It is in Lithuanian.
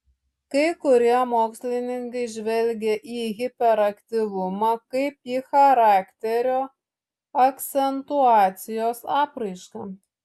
kai kurie mokslininkai žvelgia į hiperaktyvumą kaip į charakterio akcentuacijos apraišką